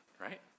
right